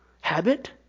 Habit